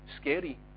scary